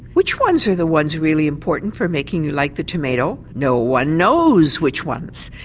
which ones are the ones really important for making you like the tomato? no one knows which ones.